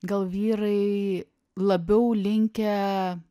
gal vyrai labiau linkę